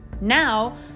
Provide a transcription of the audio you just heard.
Now